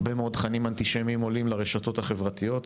הרבה מאוד תכנים אנטישמיים עולים לרשתות החברתיות.